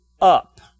up